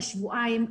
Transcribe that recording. לשבועיים,